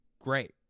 Great